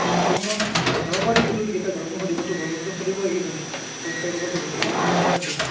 তীৰ্থ ভ্ৰমণত যাব পাৰি এইটো এতিয়া গৰমবন্ধ দিবতো গৰমবন্ধটো চলিবই কিজানি পঁচিছ তাৰিখৰ পৰাতো গৰমবন্ধ দিয়া কথাই আছিল